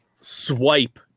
swipe